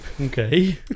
Okay